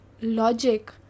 logic